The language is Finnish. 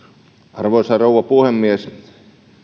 arvoisa rouva puhemies